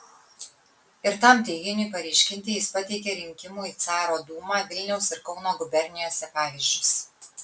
ir tam teiginiui paryškinti jis pateikė rinkimų į caro dūmą vilniaus ir kauno gubernijose pavyzdžius